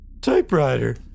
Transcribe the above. Typewriter